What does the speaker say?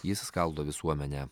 jis skaldo visuomenę